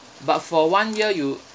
but for one year you